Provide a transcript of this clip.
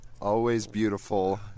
always-beautiful